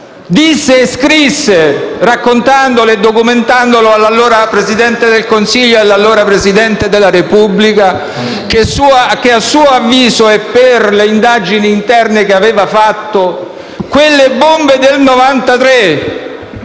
disse e scrisse, raccontandolo e documentandolo all'allora Presidente del Consiglio e all'allora Presidente della Repubblica, che, a suo avviso e per le indagini interne che aveva svolto, quelle bombe del 1993,